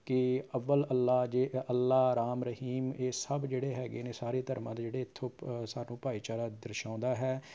ਕਿ ਅਵਲਿ ਅਲਹ ਜੇ ਅਲਹ ਰਾਮ ਰਹੀਮ ਇਹ ਸਭ ਜਿਹੜੇ ਹੈਗੇ ਨੇ ਸਾਰੇ ਧਰਮਾਂ ਦੇ ਜਿਹੜੇ ਇੱਥੋਂ ਸਭ ਭਾਈਚਾਰਾ ਦਰਸਾਉਂਦਾ ਹੈ